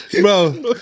Bro